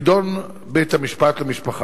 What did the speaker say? ידון בה בית-המשפט למשפחה.